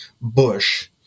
bush